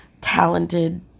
talented